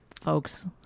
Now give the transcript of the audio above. folks